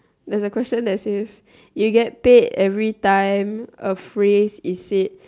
there is a question that says you get every time a phrase is said